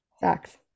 Facts